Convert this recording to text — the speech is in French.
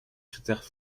critères